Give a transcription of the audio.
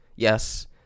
Yes